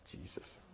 Jesus